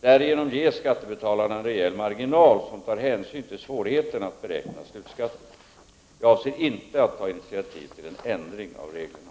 Därigenom ges skattebetalarna en rejäl marginal, som tar hänsyn till svårigheterna att beräkna slutskatten. Jag avser inte att ta initiativ till en ändring av reglerna.